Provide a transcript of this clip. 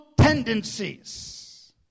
tendencies